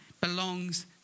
belongs